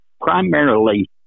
primarily